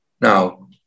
Now